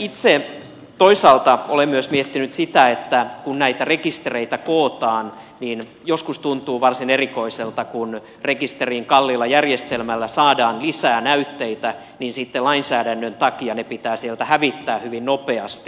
itse toisaalta olen myös miettinyt sitä että kun näitä rekistereitä kootaan niin joskus tuntuu varsin erikoiselta kun rekisteriin kalliilla järjestelmällä saadaan lisää näytteitä että sitten lainsäädännön takia ne pitää sieltä hävittää hyvin nopeasti